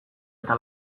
eta